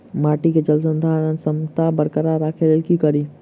माटि केँ जलसंधारण क्षमता बरकरार राखै लेल की कड़ी?